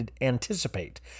anticipate